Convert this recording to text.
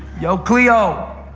yo, cleo!